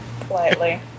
Politely